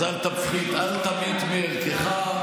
אז אל תפחית, אל תמעיט מערכך,